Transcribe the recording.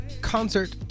concert